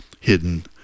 hidden